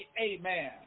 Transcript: amen